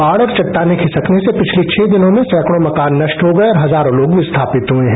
बाढ़ और चट्टाने खिसकने से पिछले छह दिनों में सैकड़ों मकान नष्ट हो गए और हजारों लोग विस्थापित हए हैं